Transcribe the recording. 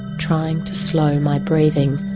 trying to slow my breathing.